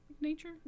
nature